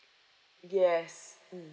yes mm